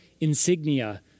insignia